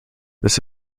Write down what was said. this